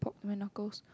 my knuckles